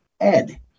ed